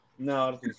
No